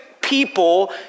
people